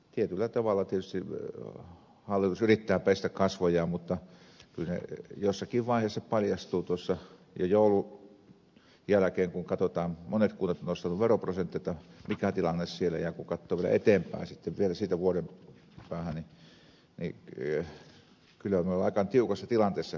tietyllä tavalla tietysti hallitus yrittää pestä kasvojaan mutta kyllä jossakin vaiheessa paljastuu tuossa jo joulun jälkeen kun katsotaan kun monet kunnat ovat nostaneet veroprosenttiaan mikä tilanne siellä on ja kun katsoo vielä eteenpäin siitä vielä vuoden päähän niin kyllä me olemme aika tiukassa tilanteessa